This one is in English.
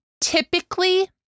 typically